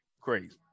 crazy